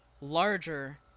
larger